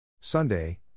Sunday